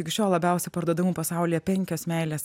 iki šiol labiausia parduodamų pasaulyje penkios meilės